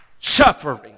suffering